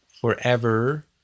forever